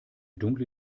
dunkle